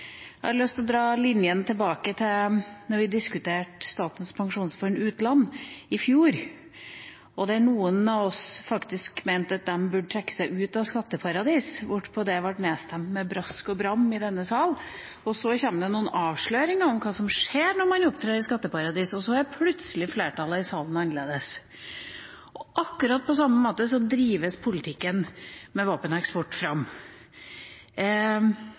Jeg har lyst til å dra linjene tilbake til da vi diskuterte Statens pensjonsfond utland i fjor, og der noen av oss faktisk mente at man burde trekke seg ut av skatteparadis – hvorpå det ble nedstemt med brask og bram i denne sal. Så kommer det noen avsløringer av hva som skjer når man opptrer i skatteparadis, og da er plutselig flertallet i salen annerledes. Akkurat på samme måte drives politikken om våpeneksport fram.